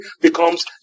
becomes